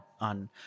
on